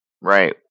right